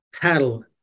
paddle